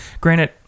Granted